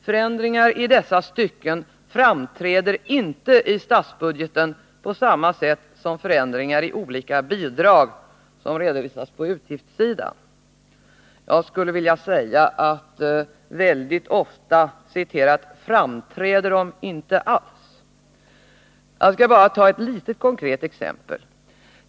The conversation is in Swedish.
Förändringar i dessa stycken framträder inte i statsbudgeten på samma sätt som förändringar i olika bidrag m.m. som redovisas på utgiftssidan.” Jag skulle vilja säga att väldigt ofta ”framträder” de inte alls. Jag skall bara ta ett litet konkret exempel.